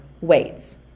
weights